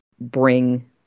bring